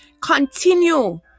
Continue